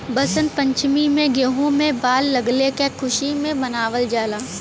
वसंत पंचमी में गेंहू में बाल लगले क खुशी में मनावल जाला